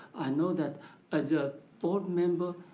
i know that as a board member,